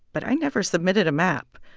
but i never submitted a map.